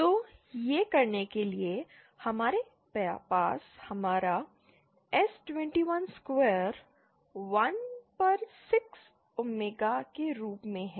तो यह करने के लिए कि हमारे पास हमारा S 21 स्क्वायर 1 पर 6 ओमेगा के रूप में है